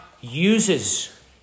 uses